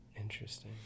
Interesting